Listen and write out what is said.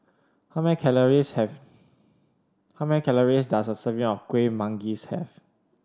how many calories have how many calories does a serving of Kueh Manggis have